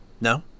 No